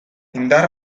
indar